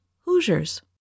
Hoosiers